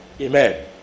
Amen